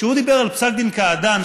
כשהוא דיבר על פסק דין קעדאן,